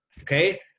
okay